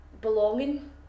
belonging